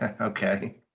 okay